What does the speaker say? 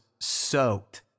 soaked